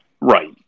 right